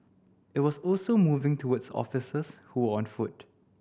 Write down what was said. it was also moving towards officers who were on foot